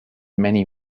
many